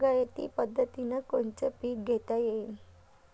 बागायती पद्धतीनं कोनचे पीक घेता येईन?